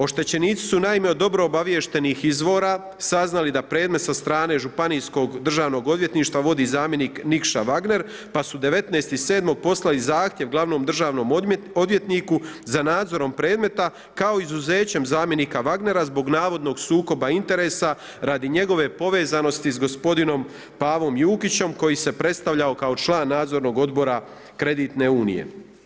Oštećenici su naime od dobro obaviještenih izvora saznali da predmet sa strane Županijskog državnog odvjetništva vodi zamjenik Nikša Wagner pa su 19.7. poslali zahtjev glavnom državnom odvjetniku za nadzorom predmeta kao izuzećem zamjenika Wagnera zbog navodnog sukoba interesa radi njegove povezanosti s gospodinom Pavom Jukićom koji se predstavljao kao član nadzornog odbora kreditne unije.